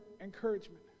encouragement